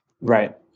Right